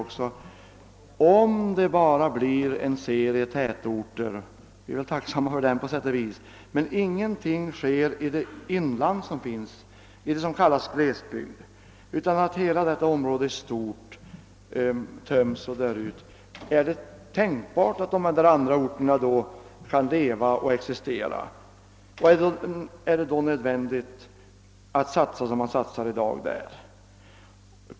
Om vi bara får en serie tätorter — vi är tacksamma för tätorterna på sätt och vis — men ingenting sker i inlandet, alltså i det stora område som kallas glesbygd, är det då tänkbart att de där andra orterna kan leva och existera? Och varför är det i så fall nödvändigt att göra de insatser vi gör i dag?